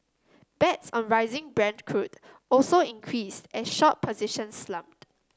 bets on rising Brent crude also increased as short positions slumped